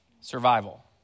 Survival